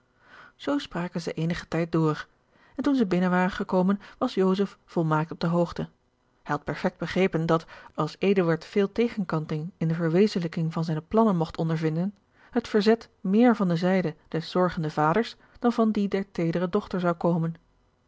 zoo spraken zij eenigen tijd door en toen zij binnen waren gekomen was joseph volmaakt op de hoogte hij had perfect begrepen dat als eduard veel tegenkanting in de verwezenlijking van zijne plannen mogt ondervinden het verzet meer van de zijde des zorgenden vaders dan van die der teedere dochter zou komen